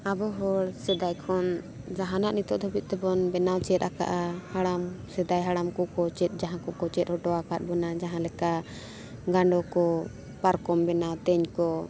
ᱟᱵᱚ ᱦᱚᱲ ᱥᱮᱫᱟᱭ ᱠᱷᱚᱱ ᱡᱟᱦᱟᱱᱟᱜ ᱱᱤᱛᱳᱜ ᱫᱷᱟᱹᱵᱤᱡ ᱛᱮᱵᱚᱱ ᱵᱮᱱᱟᱣ ᱪᱮᱫ ᱟᱠᱟᱫᱼᱟ ᱦᱟᱲᱟᱢ ᱥᱮᱫᱟᱭ ᱦᱟᱲᱟᱢ ᱠᱚᱠᱚ ᱪᱮᱫ ᱡᱟᱦᱟᱸ ᱠᱚᱠᱚ ᱪᱮᱫ ᱦᱚᱴᱚ ᱟᱠᱟᱫ ᱵᱚᱱᱟ ᱡᱟᱦᱟᱸ ᱞᱮᱠᱟ ᱜᱟᱸᱰᱚ ᱠᱚ ᱯᱟᱨᱠᱚᱢ ᱵᱮᱱᱟᱣ ᱛᱮᱧ ᱠᱚ